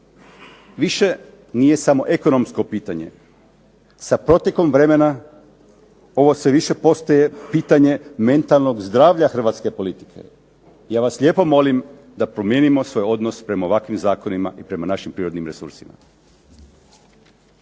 više nije samo ekonomsko pitanje. Sa protekom vremena ovo sve više postaje pitanje mentalnog zdravlja hrvatske politike. Ja vas lijepo molim da promijenimo svoj odnos prema ovakvim zakonima i prema našim prirodnim resursima.